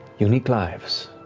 unique lives.